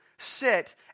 Sit